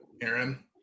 Aaron